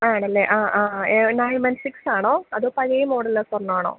ആണല്ലേ ആ ആ നയൻ വൺ സിക്സാണോ അതോ പഴയ മോഡല് സ്വർണമാണോ